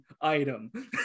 item